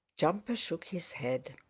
jumper shook his head.